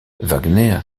wagner